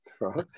right